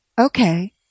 Okay